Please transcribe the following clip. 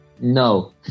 No